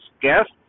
guest